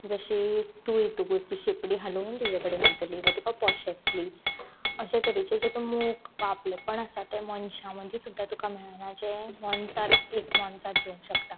जशी तूं येतगूच तीं शेपडी हालोवन तुजे कडेन येतली वा तुका पोशेंतली अश्या तरेचे तुका मोग वा आपले पण आसा ते मनशां मदी सुद्दां तुका मेळना जें मोनजात एक मोनजात दिवंक शकता